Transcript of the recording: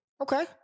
Okay